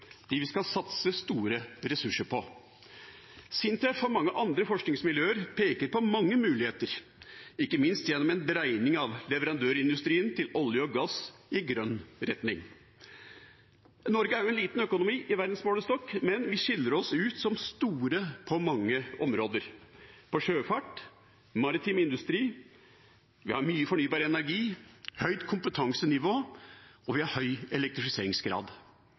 de vi skal satse store ressurser på? SINTEF og mange andre forskningsmiljøer peker på mange muligheter, ikke minst gjennom en dreining av leverandørindustrien til olje og gass i grønn retning. Norge er en liten økonomi i verdensmålestokk, men vi skiller oss ut som store på mange områder: på sjøfart og maritim industri, vi